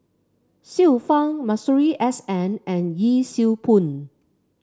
Xiu Fang Masuri S N and Yee Siew Pun